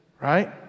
right